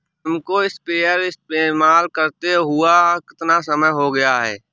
तुमको स्प्रेयर इस्तेमाल करते हुआ कितना समय हो गया है?